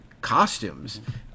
costumes